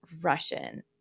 Russian